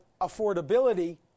affordability